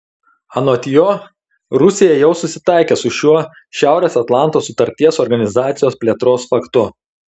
anot jo rusija jau susitaikė su šiuo šiaurės atlanto sutarties organizacijos plėtros faktu